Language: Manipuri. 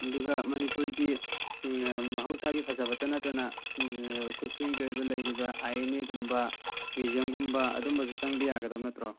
ꯑꯗꯨꯒ ꯃꯅꯤꯄꯨꯔꯒꯤ ꯃꯍꯧꯁꯥꯒꯤ ꯐꯖꯕ ꯅꯠꯇꯅ ꯎꯝ ꯈꯨꯠꯁꯦꯝꯒꯤ ꯑꯣꯏꯕ ꯂꯩꯕ ꯑꯥꯏ ꯑꯦꯟ ꯑꯦꯒꯨꯝꯕ ꯃꯤꯎꯖꯝꯒꯨꯝꯕ ꯑꯗꯨꯒꯨꯝꯕꯁꯨ ꯆꯪꯕ ꯌꯥꯒꯗꯕ ꯅꯠꯇ꯭ꯔꯣ